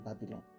Babylon